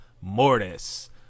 mortis